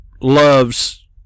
loves